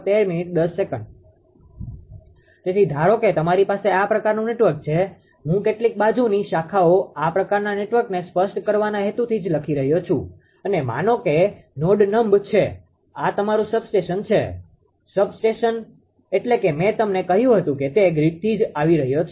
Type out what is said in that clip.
તેથી ધારો કે તમારી પાસે આ પ્રકારનુ નેટવર્ક છે હું કેટલીક બાજુની શાખાઓ આ પ્રકારનાં નેટવર્કને સ્પષ્ટ કરવાના હેતુથી જ લઈ રહ્યો છું અને માનો કે નોડ નમ્બ છે આ તમારું સબસ્ટેશન છે સબસ્ટેશન એટલે કે મેં તમને કહ્યું હતું કે તે ગ્રીડથી જ આવી રહ્યો છે